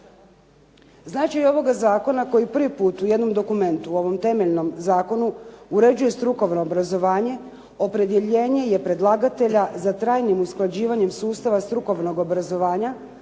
Značaj je ovoga zakona koji prvi put u jednom dokumentu u ovom temeljnom zakonu uređuje strukovno obrazovanje opredjeljenje je predlagatelja za trajnim usklađivanjem sustava strukovnog obrazovanja